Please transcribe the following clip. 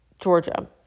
Georgia